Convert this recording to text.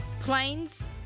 Planes